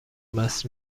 مست